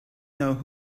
know